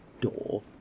door